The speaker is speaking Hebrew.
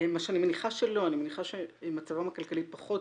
מה שאני מניחה שלא, אני מניחה שמצבם הכלכלי פחות